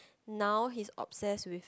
now he's obsessed with